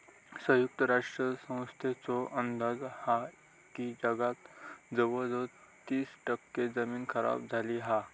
संयुक्त राष्ट्र संस्थेचो अंदाज हा की जगात जवळजवळ तीस टक्के जमीन खराब झाली हा